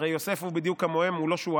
הרי יוסף הוא בדיוק כמוהם, הוא לא שועל,